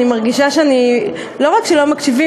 אני מרגישה שלא רק שלא מקשיבים,